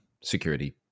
security